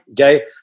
okay